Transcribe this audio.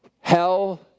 hell